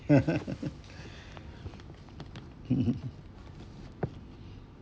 mm